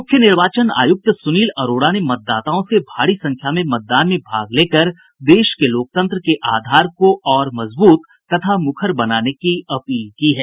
मुख्य निर्वाचन आयुक्त सुनील अरोड़ा ने मतदाताओं से भारी संख्या में मतदान में भाग लेकर देश में लोकतंत्र के आधार को और मजबूत तथा मुखर बनाने की अपील की है